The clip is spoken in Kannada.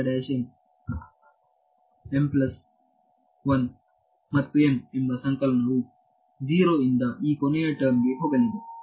ಮತ್ತು M ಎಂಬ ಸಂಕಲನವು 0 ರಿಂದ ಈ ಕೊನೆಯ ಟರ್ಮ್ ಗೆ ಹೋಗಲಿದೆ